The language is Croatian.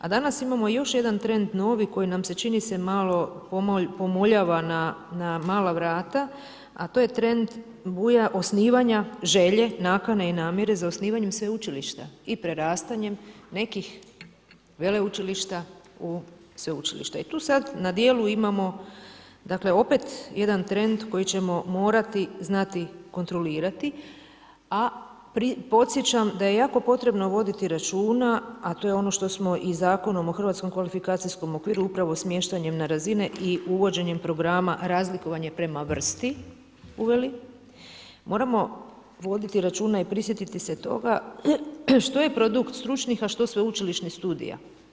A danas imamo još jedan trend novi koji nam se čini se malo pomuljava na mala vrata, a to je trend buja osnivanja želje, nakane i namjere za osnivanjem sveučilišta i prerastanjem nekih veleučilišta u sveučilišta i tu sad na djelu imamo opet jedan trend koji ćemo morati znati kontrolirati, a podsjećam da je jako potrebno voditi računa, a to je ono što smo i Zakonom o HKO upravo smještanjem na razine i uvođenjem programa razlikovanje prema vrsti uveli, moramo voditi računa i prisjetiti se toga što je produkt stručnih, a što sveučilišnih studija.